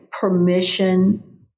permission